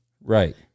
Right